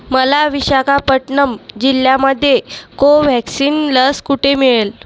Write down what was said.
मला विशाखापट्टणम जिल्ह्यामध्ये कोव्हॅक्सिन लस कुठे मिळेल